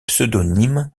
pseudonymes